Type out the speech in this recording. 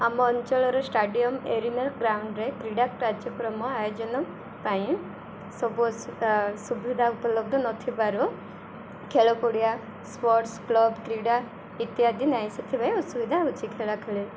ଆମ ଅଞ୍ଚଳର ଷ୍ଟାଡିୟମ ଏରିନାଲ ଗ୍ରାଉଣ୍ଡରେ କ୍ରୀଡ଼ା କାର୍ଯ୍ୟକ୍ରମ ଆୟୋଜନ ପାଇଁ ସବୁ ଅ ସୁବିଧା ଉପଲବ୍ଧ ନଥିବାରୁ ଖେଳ ପଡ଼ିଆ ସ୍ପୋର୍ଟସ କ୍ଲବ କ୍ରୀଡ଼ା ଇତ୍ୟାଦି ନାହିଁ ସେଥିପାଇଁ ଅସୁବିଧା ହଉଛି ଖେଳା ଖେଳିରେ